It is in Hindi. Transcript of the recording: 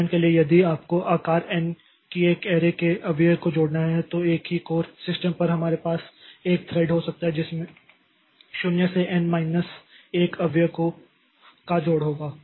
उदाहरण के लिए यदि आपको आकार N की एक ऐरे के अवयव को जोड़ना है तो एक ही कोर सिस्टम पर हमारे पास एक थ्रेड हो सकता है जिसमें 0 से N माइनस 1 अवयव का जोड़ होगा